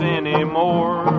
anymore